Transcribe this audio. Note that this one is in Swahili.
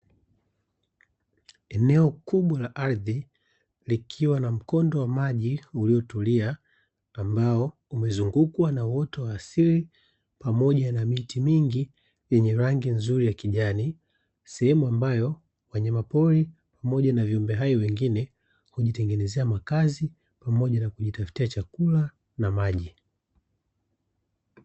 Eneo kubwa la ardhi, likiwa na mkondo wa maji uliotulia, ambao umezungukwa na uoto wa asili pamoja na miti mingi yenye rangi nzuri ya kijani. Sehemu ambayo wanyamapori pamoja na viumbe hai wengine, hujitengenezea makazi pamoja na kujitafutia chakula na maji.